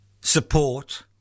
support